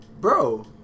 bro